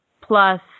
Plus